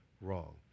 wrong